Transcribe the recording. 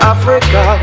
Africa